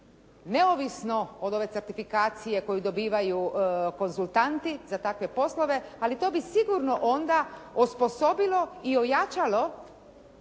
neovisno od ove certifikacije koju dobivaju konzultanti za takve poslove, ali to bi sigurno onda osposobilo i ojačalo